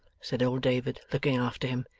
said old david, looking after him.